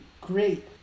great